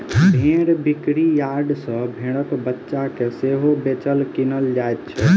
भेंड़ बिक्री यार्ड सॅ भेंड़क बच्चा के सेहो बेचल, किनल जाइत छै